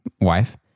wife